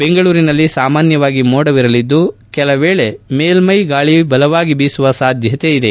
ಬೆಂಗಳೂರಿನಲ್ಲಿ ಸಾಮಾನ್ವವಾಗಿ ಮೋಡವಿರಲಿದ್ದು ಕೆಲ ವೇಳೆ ಮೇಲ್ವೈ ಗಾಳಿ ಬಲವಾಗಿ ಬೀಸುವ ಸಾಧ್ಯತೆ ಇದೆ